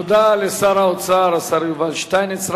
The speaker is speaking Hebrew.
תודה לשר האוצר, השר יובל שטייניץ.